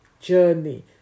journey